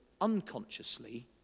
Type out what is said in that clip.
unconsciously